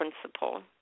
principle